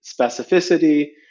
specificity